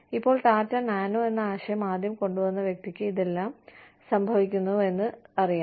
ഇപ്പോൾ ടാറ്റ നാനോ എന്ന ആശയം ആദ്യം കൊണ്ടുവന്ന വ്യക്തിക്ക് ഇതെല്ലാം സംഭവിക്കുന്നുവെന്ന് അറിയാം